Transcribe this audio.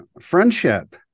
Friendship